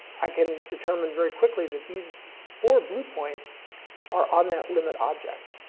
i can determine very quickly that these four blue points are on that limit object.